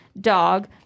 dog